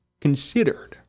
considered